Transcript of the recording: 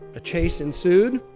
a chase ensued,